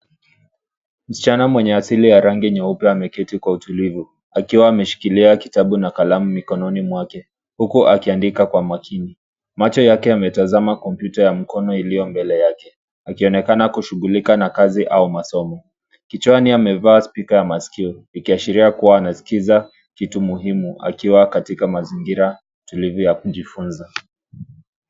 Msichana mwenye asili ya rangi nyeupe ameketi kwa utulivu, akiwa ameshikilia kitabu na kalamu mikononi mwake, huku akiandika kwa makini. Macho yake yametazama kompyuta ya mkono iliyo mbele yake, akionekana kushughulika na kazi au masomo. Kichwani amevaa spika ya masikio, ikiashiria kuwa anaskiza kitu muhimu akiwa katika mazingira tulivu ya kujifunza.